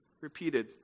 repeated